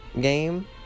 game